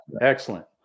excellent